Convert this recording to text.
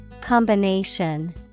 Combination